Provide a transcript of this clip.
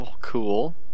cool